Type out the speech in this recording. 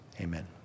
amen